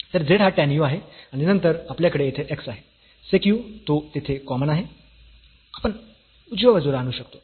तर z हा tan u आहे आणि नंतर आपल्याकडे येथे x आहे sec u तो येथे कॉमन आहे आपण उजव्या बाजूला आणू शकतो